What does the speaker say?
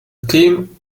theme